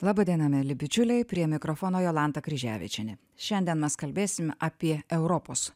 laba diena mieli bičiuliai prie mikrofono jolanta kryževičienė šiandien mes kalbėsim apie europos